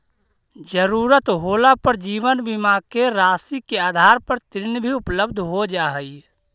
ज़रूरत होला पर जीवन बीमा के राशि के आधार पर ऋण भी उपलब्ध हो जा हई